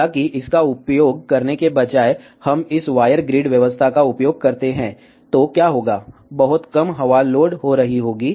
हालांकि इसका उपयोग करने के बजाय यदि हम इस वायर ग्रिड व्यवस्था का उपयोग करते हैं तो क्या होगा बहुत कम हवा लोड हो रही होगी